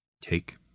Take